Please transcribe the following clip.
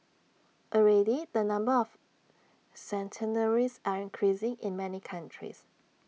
already the number of centenarians are increasing in many countries